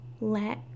let